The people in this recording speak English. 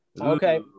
Okay